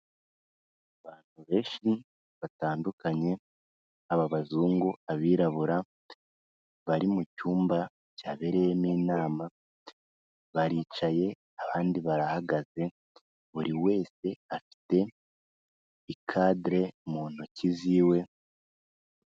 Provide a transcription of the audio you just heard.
Abantu benshi batandukanye baba abazungu, abirabura bari mu cyumba cyabereyemo inama, baricaye abandi barahagaze, buri wese afite ikadere mu ntoki ziwe.